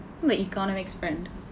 the economics friend